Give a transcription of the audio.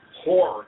horror